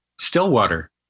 Stillwater